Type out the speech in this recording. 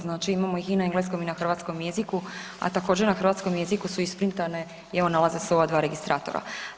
Znači imamo ih i na engleskom i na hrvatskom jeziku, a također na hrvatskom jeziku su isprintante i evo nalaze se u ova dva registratora.